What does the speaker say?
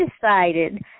decided